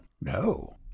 No